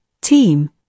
team